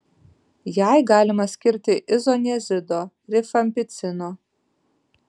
jai galima skirti izoniazido rifampicino